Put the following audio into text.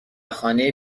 خانه